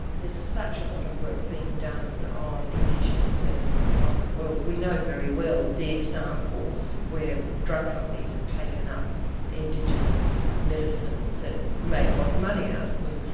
there's such a lot of work being done on indigenous medicines across the world. we know very well the examples where drug companies have taken up indigenous medicines and made a lot of money out of them.